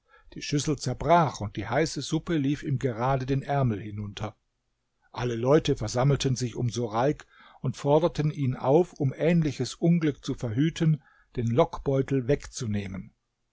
die schüssel zerbrach und die heiße suppe lief ihm gerade den ärmel hinunter alle leute versammelten sich um sureik und forderten ihn auf um ähnliches unglück zu verhüten den lockbeutel wegzunehmen